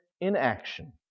inaction